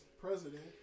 president